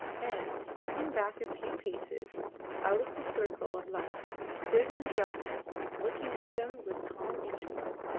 and, stepping back a few paces out of the circle of light, stood in the darkness looking at them with calm interest.